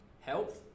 health